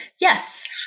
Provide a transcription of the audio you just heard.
yes